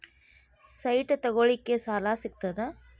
Site ತಗೋಳಿಕ್ಕೆ ಸಾಲಾ ಸಿಗ್ತದಾ?